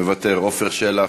מוותר, עפר שלח,